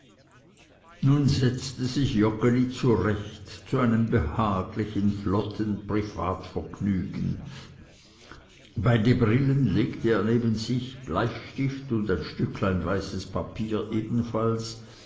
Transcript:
nun setzte sich joggeli zurecht zu einem behaglichen flotten privatvergnügen beide brillen legte er neben sich bleistift und ein stücklein weißes papier ebenfalls